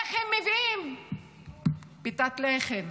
איך הם מביאים פת לחם